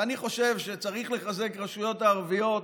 ואני חושב שצריך לחזק את הרשויות הערביות,